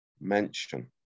mention